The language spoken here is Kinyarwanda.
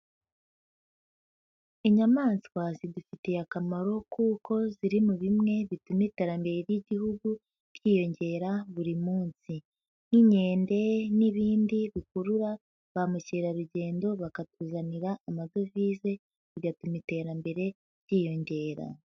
Inyamaswa zidufitiye akamaro kuko ziri mu bimwe bituma iterambere ry'igihugu ryiyongera buri munsi, nk'inkende n'ibindi bikurura ba mukerarugendo, bakatuzanira amadovize; bigatuma iterambere ryiyongera.